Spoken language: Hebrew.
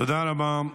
תודה רבה,